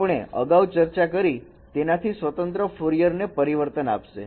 આપણે અગાઉ ચર્ચા કરી તેનાથી સ્વતંત્ર ફોરિયર ને પરિવર્તન આપશે